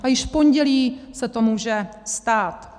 A již v pondělí se to může stát.